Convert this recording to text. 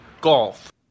golf